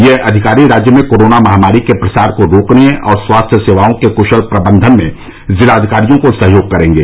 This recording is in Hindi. यह अधिकारी राज्य में कोरोना महामारी के प्रसार को रोकने और स्वास्थ्य सेवाओं के क्शल प्रबंधन में जिलाधिकारियों को सहयोग करेंगे